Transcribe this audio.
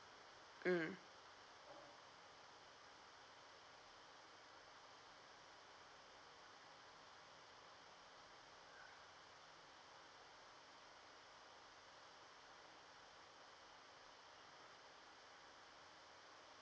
mm